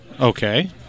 Okay